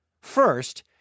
First